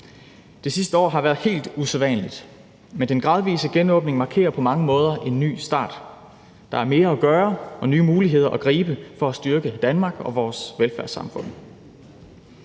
Det sidste år har været helt usædvanligt. Men den gradvise genåbning markerer på mange måder en ny start. Der er mere at gøre og nye muligheder at gribe for at styrke Danmark og vores velfærdssamfund.